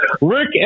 Rick